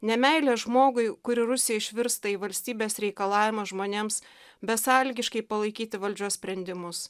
nemeilė žmogui kuri rusijoj išvirsta į valstybės reikalavimą žmonėms besąlygiškai palaikyti valdžios sprendimus